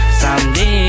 someday